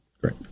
Great